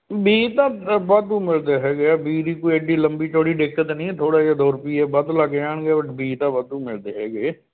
ਬੀਜ ਤਾਂ ਵਾਧੂ ਮਿਲਦੇ ਹੈਗੇ ਆ ਬੀਜ ਦੀ ਕੋਈ ਐਡੀ ਲੰਬੀ ਚੌੜੀ ਦਿੱਕਤ ਨਹੀਂ ਥੋੜ੍ਹਾ ਜਿਹਾ ਦੋ ਰੁਪਈਏ ਵੱਧ ਲੱਗ ਜਾਣਗੇ ਬਟ ਬੀਜ ਤਾਂ ਵਾਧੂ ਮਿਲਦੇ ਹੈਗੇ